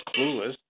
clueless